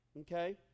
Okay